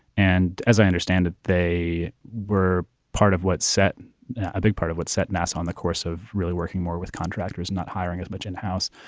and as i understand it, they were part of what set a big part of what set nasa on the course of really working more with contractors, not hiring as much in-house,